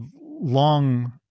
long